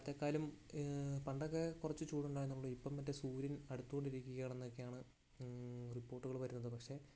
പണ്ടത്തെക്കാലും പണ്ടൊക്കെ കുറച്ച് ചൂട് ഉണ്ടായിരുന്നുള്ളു ഇപ്പം മറ്റേ സൂര്യൻ അടുത്തുകൊണ്ട് ഇരിക്കുകയാണെന്നൊക്കെയാണ് റിപ്പോർട്ടുകള് വരുന്നത് പക്ഷെ